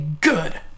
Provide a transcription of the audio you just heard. good